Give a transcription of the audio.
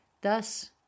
Thus